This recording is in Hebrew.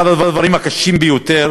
אחד הדברים הקשים ביותר